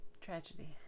tragedy